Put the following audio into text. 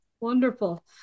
Wonderful